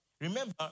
Remember